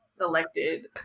elected